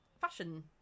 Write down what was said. fashion